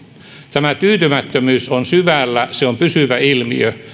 tämä tyytymättömyys on syvällä ja se on pysyvä ilmiö